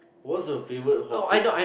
what's your favorite hawker